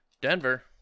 Denver